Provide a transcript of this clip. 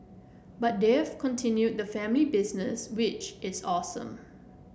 but they've continued the family business which is awesome